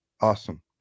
Awesome